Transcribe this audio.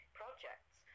projects